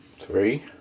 Three